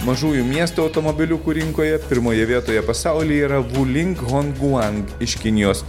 mažųjų miestų automobiliukų rinkoje pirmoje vietoje pasaulyje yra vuling honguan iš kinijos